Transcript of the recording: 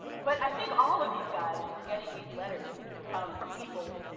but i think all of these guys were getting these letters from people,